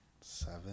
Seven